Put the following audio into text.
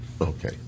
Okay